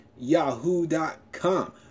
Yahoo.com